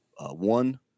one